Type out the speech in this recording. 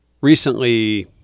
recently